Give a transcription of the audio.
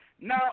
Now